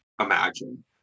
imagine